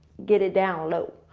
get it down low.